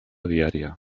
diària